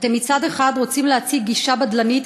אתם מצד אחד רוצים להציג גישה בדלנית,